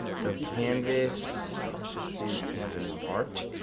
so canvas, let's just do canvas art,